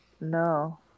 No